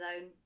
own